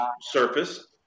surface